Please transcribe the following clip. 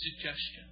suggestion